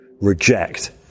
Reject